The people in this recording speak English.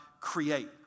create